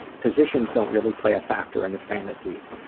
positions don't really play a factor in the fantasies,